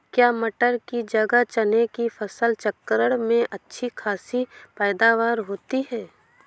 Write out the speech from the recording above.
क्या मटर की जगह चने की फसल चक्रण में अच्छी खासी पैदावार होती है?